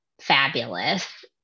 fabulous